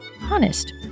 Honest